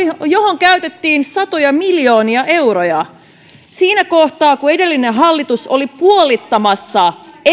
johon käytettiin satoja miljoonia euroja siinä kohtaa kun edellinen hallitus oli puolittamassa ei